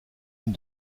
une